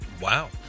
Wow